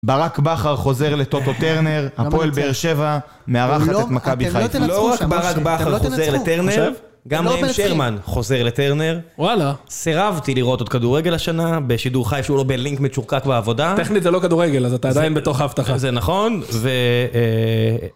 ברק בכר חוזר לטוטו טרנר, הפועל באר שבע, מארחת את מכבי חייטלור, ברק בכר חוזר לטרנר, גם נעים שרמן חוזר לטרנר, וואלה, סירבתי לראות עוד כדורגל השנה, בשידור חי שהוא לא בלינק מצ'ורקק ועבודה, טכנית זה לא כדורגל, אז אתה עדיין בתוך הבטחה. זה נכון, ו...